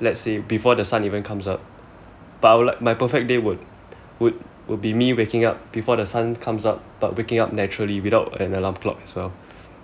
let's say before the sun even comes up but I would like my perfect day would would be me waking up before the sun comes up but waking up naturally without an alarm clock as well